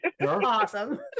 Awesome